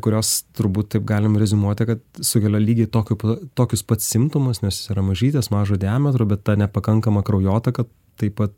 kurios turbūt taip galim reziumuoti kad sukelia lygiai tokiu pat tokius pat simptomus nes jos yra mažytės mažo diametro bet ta nepakankama kraujotaka taip pat